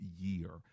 year